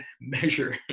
measure